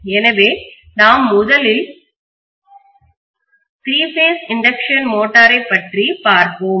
எனவே நாம் முதலில் த்ரீ பேஸ் இண்டக்ஷன் மோட்டாரை பற்றி பார்ப்போம்